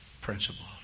principle